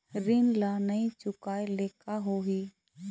ऋण ला नई चुकाए ले का होही?